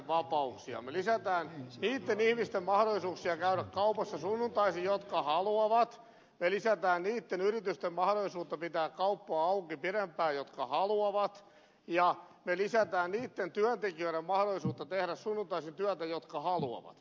me lisäämme niiden ihmisten mahdollisuuksia käydä kaupassa sunnuntaisin jotka haluavat ja lisäämme niiden yritysten mahdollisuutta pitää kauppaa auki pidempään jotka haluavat ja me lisäämme niiden työntekijöiden mahdollisuutta tehdä sunnuntaisin työtä jotka haluavat